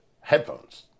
headphones